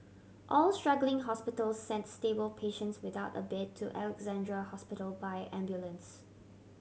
all struggling hospitals sent stable patients without a bed to Alexandra Hospital by ambulance